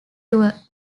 tour